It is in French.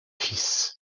fils